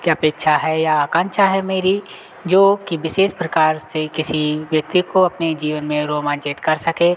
कि अपेक्षा है या आकांक्षा है मेरी जोकि विशेष प्रकार से किसी व्यक्ति को अपने जीवन में रोमांचित कर सके